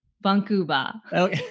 Vancouver